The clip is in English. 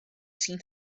seem